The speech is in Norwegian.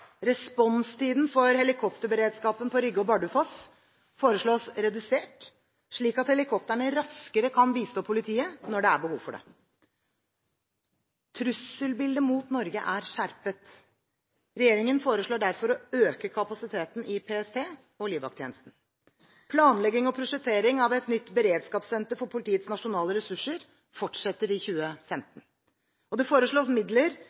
Responstiden for helikopterberedskapen på Rygge og Bardufoss foreslås redusert, slik at helikoptrene raskere kan bistå politiet når det er behov for det. Trusselbildet mot Norge er skjerpet. Regjeringen foreslår derfor å øke kapasiteten i PST og livvakttjenesten. Planlegging og prosjektering av et nytt beredskapssenter for politiets nasjonale ressurser fortsetter i 2015, og det foreslås midler